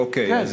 אוקיי.